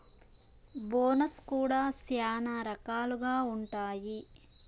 bonus కూడా శ్యానా రకాలుగా ఉంటాయి